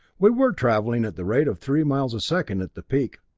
we were traveling at the rate of three miles a second at the peak.